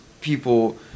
people